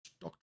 Doctor